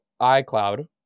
iCloud